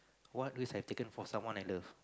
what risk I've taken for someone I love